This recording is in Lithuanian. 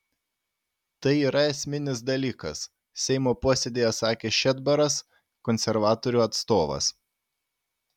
tai yra esminis dalykas seimo posėdyje sakė šedbaras konservatorių atstovas